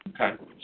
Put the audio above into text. Okay